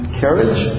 carriage